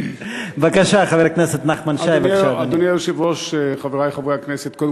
בבקשה, חבר הכנסת נחמן שי.